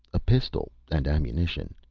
a pistol and ammunition.